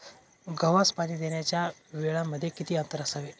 गव्हास पाणी देण्याच्या वेळांमध्ये किती अंतर असावे?